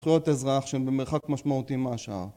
זכויות אזרח שהן במרחק משמעותי מהשאר